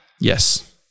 Yes